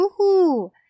Woohoo